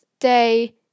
day